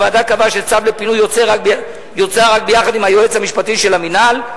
הוועדה קבעה שצו לפינוי יוצא רק ביחד עם היועץ המשפטי של המינהל,